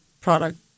product